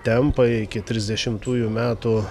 tempai iki trisdešimtųjų metų